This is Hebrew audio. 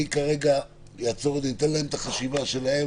אני כרגע אעצור את זה, ואתן להם את החשיבה שלהם.